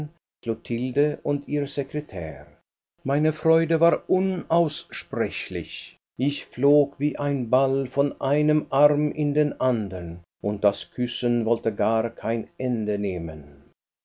klotilde und ihr sekretär meine freude war unaussprechlich ich flog wie ein ball von einem arm in den andern und das küssen wollte gar kein ende nehmen